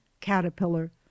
caterpillar